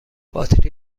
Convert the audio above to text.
باتری